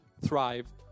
thrive